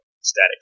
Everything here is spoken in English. static